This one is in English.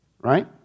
Right